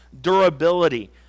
durability